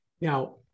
Now